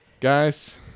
Guys